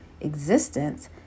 existence